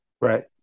Right